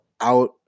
out